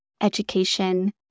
education